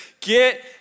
get